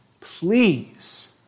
please